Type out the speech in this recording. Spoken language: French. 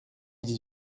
dix